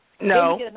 No